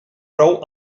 prou